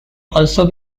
also